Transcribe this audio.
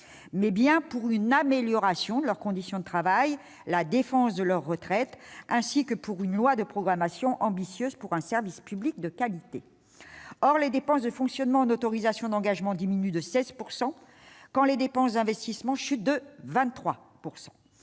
mais bien pour une amélioration de leurs conditions de travail et la défense de leurs retraites, ainsi que pour une loi de programmation ambitieuse pour un service public de qualité. Or les dépenses de fonctionnement en autorisations d'engagement diminuent de 16 %, quand les dépenses d'investissement chutent de 23 %.